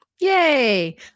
Yay